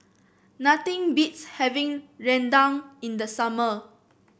nothing beats having rendang in the summer